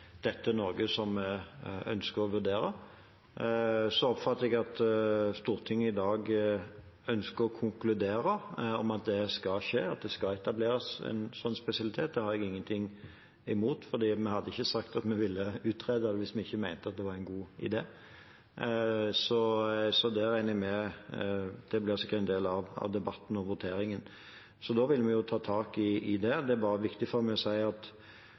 dette er noe som vi ønsker å vurdere. Så oppfatter jeg at Stortinget i dag ønsker å konkludere med at det skal skje, at det skal etableres en sånn spesialitet. Det har jeg ingen ting imot. Vi hadde ikke sagt at vi ville utrede det hvis vi ikke mente det var en god idé. Så det regner jeg med blir en del av debatten og voteringen. Vi vil ta tak i det. Det er bare viktig for meg å si at